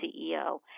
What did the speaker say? CEO